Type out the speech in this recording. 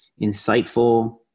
insightful